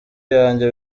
yanjye